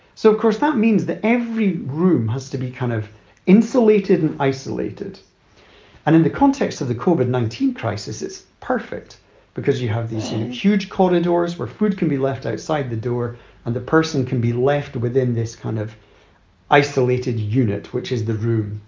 so, of course, that means that every room has to be kind of insulated and isolated and in the context of the covid nineteen crisis, it's perfect because you have these huge corridors where food can be left outside the door and the person can be left within this kind of isolated unit, which is the room.